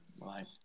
Right